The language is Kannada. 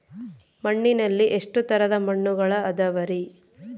ಮಣ್ಣಿನಲ್ಲಿ ಎಷ್ಟು ತರದ ಮಣ್ಣುಗಳ ಅದವರಿ?